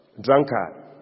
drunkard